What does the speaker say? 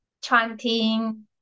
chanting